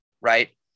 right